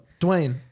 Dwayne